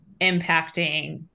impacting